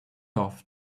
off